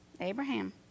Abraham